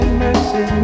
mercy